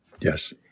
Yes